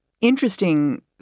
interesting